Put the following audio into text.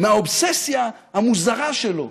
מהאובססיה המוזרה שלו